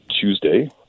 Tuesday